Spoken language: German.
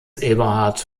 eberhard